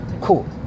Cool